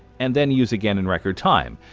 and then use again in record time.